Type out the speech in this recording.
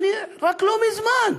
רק לא מזמן.